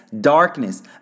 Darkness